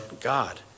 God